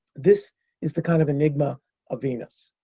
this is the kind of enigma of venus.